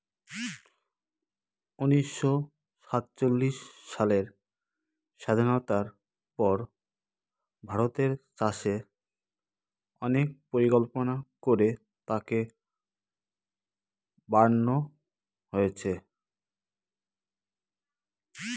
উনিশশো সাতচল্লিশ সালের স্বাধীনতার পর ভারতের চাষে অনেক পরিকল্পনা করে তাকে বাড়নো হয়েছে